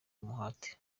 umuhate